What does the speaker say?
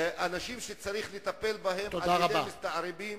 אנשים שצריך לטפל בהם על-ידי מסתערבים,